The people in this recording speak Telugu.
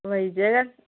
వైజాగ్ అండి